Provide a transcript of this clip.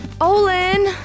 Olin